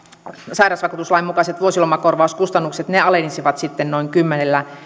sairasvakuutuslain mukaiset vuosilomakorvauskustannukset alenisivat sitten noin kymmenellä